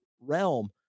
realm